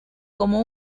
como